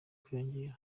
kwiyongera